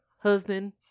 husband